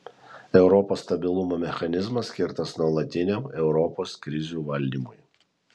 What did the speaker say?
europos stabilumo mechanizmas skirtas nuolatiniam europos krizių valdymui